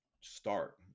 start